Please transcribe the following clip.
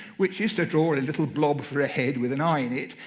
which used to draw and a little blob for a head with an i in it.